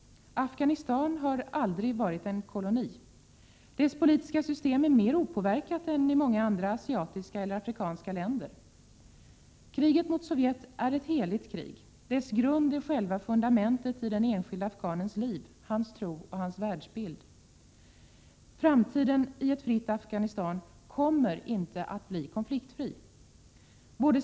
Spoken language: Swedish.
Afghanistan har aldrig varit en koloni. Dess politiska system är mer opåverkat än systemen i många andra asiatiska eller afrikanska länder. Kriget mot Sovjet är ett heligt krig. Det utgör själva fundamentet i den enskilda afghanens liv: hans tro och hans världsbild. Framtiden i ett fritt Afghanistan kommer inte att bli konfliktfri.